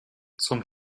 zum